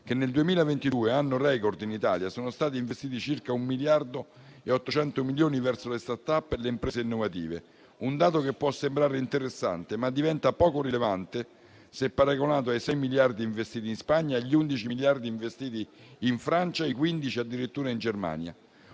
che nel 2022 (anno record in Italia) sono stati investiti circa un miliardo e 800 milioni verso le *startup* e le imprese innovative; un dato che può sembrare interessante, ma che diventa poco rilevante se paragonato ai 6 miliardi investiti in Spagna, agli 11 miliardi investiti in Francia e ai 15 addirittura in Germania.